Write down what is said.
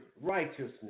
righteousness